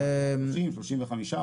30, 35 אחוזים.